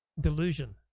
delusion